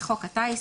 "חוק הטיס",